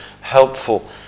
helpful